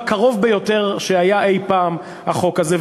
קרוב יותר משהיה אי-פעם, החוק הזה.